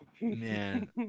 man